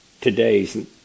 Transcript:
Today's